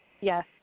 Yes